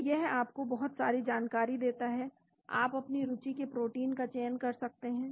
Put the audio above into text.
तो यह आपको बहुत सारी जानकारी देता है आप अपनी रुचि के प्रोटीन का चयन कर सकते हैं